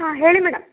ಹಾಂ ಹೇಳಿ ಮೇಡಮ್